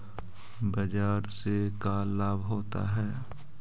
बाजार से का लाभ होता है?